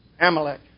Amalek